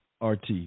RT